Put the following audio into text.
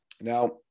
Now